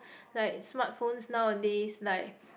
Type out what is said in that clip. like smartphones nowadays like